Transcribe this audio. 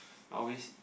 I always